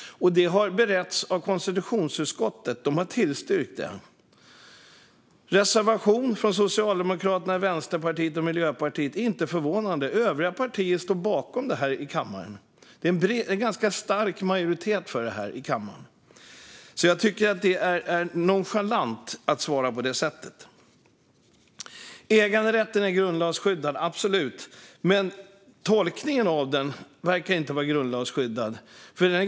Det har beretts av konstitutionsutskottet. De har tillstyrkt detta. Reservationen från Socialdemokraterna, Vänsterpartiet och Miljöpartiet är inte förvånande, men övriga partier i kammaren står bakom detta. Det finns en ganska stark majoritet för detta i kammaren. Därför tycker jag att det är nonchalant att svara på det sättet. Äganderätten är grundlagsskyddad, absolut, men tolkningen av den verkar inte vara grundlagsskyddad.